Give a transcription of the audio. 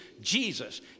Jesus